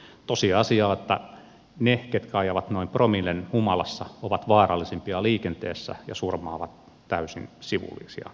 tosiasia on että ne jotka ajavat noin promillen humalassa ovat vaarallisimpia liikenteessä ja surmaavat täysin sivullisia